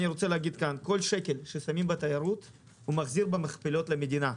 אני רוצה להגיד שכל שקל ששמים בתיירות מחזיר למדינה במכפלות.